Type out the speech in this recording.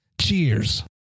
Cheers